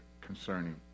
concerning